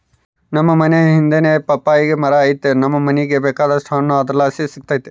ನಮ್ ಮನೇ ಹಿಂದೆನೇ ಪಪ್ಪಾಯಿ ಮರ ಐತೆ ನಮ್ ಮನೀಗ ಬೇಕಾದೋಟು ಹಣ್ಣು ಅದರ್ಲಾಸಿ ಸಿಕ್ತತೆ